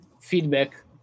Feedback